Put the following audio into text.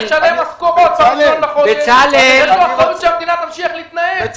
שצריך לשלם משכורות ב-1 בחודש ויש לו אחריות שהמדינה תמשיך להתנהל.